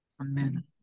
Amen